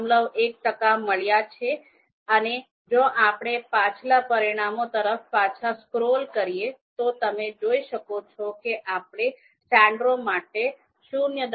૧ ટકા મળ્યા છે અને જો આપણે પાછલા પરિણામો તરફ પાછા સ્ક્રોલ કરીએ તો તમે જોઈ શકો છો કે આપણે સેન્ડેરો માટે ૦